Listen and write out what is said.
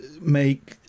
make